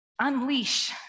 unleash